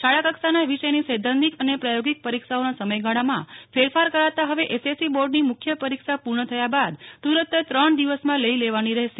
શાળા કક્ષાના વિષયની સૈદ્ધાંતિક અને પ્રાયોગીક પરીક્ષાઓના સમયગાળામાં ફેરફાર કરાતા હવે એસએસસી બોર્ડની મુખ્ય પરીક્ષા પૂર્ણ થયા બાદ તુરત જ ત્રણ દિવસમાં લઈ લેવાની રહેશે